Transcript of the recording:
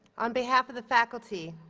on behalf of the faculty,